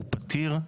הוא פתיר,